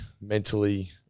mentally